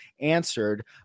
answered